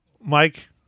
Mike